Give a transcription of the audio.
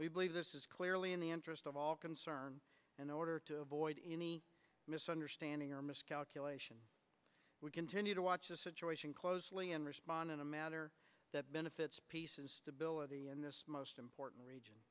we believe this is clearly in the interest of all concerned in order to avoid any misunderstanding or miscalculation we continue to watch the situation closely and respond in a matter that benefits peace is stability in this most important region